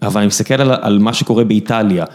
אבל אני מסתכל על מה שקורה באיטליה.